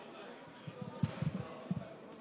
שלוש דקות.